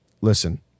listen